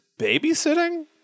babysitting